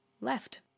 left